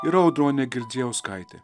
yra audronė girdzijauskaitė